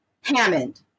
hammond